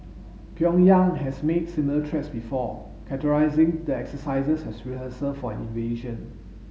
Pyongyang has made similar threats before characterising the exercises as rehearsals for invasion